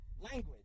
language